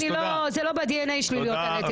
זה לא בדנ"א שלי להיות עלה תאנה.